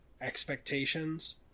expectations